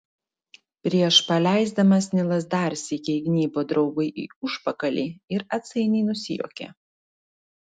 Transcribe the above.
prieš paleisdamas nilas dar sykį įgnybo draugui į užpakalį ir atsainiai nusijuokė